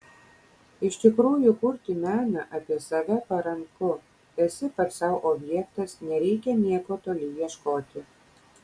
iš tikrųjų kurti meną apie save paranku esi pats sau objektas nereikia nieko toli ieškoti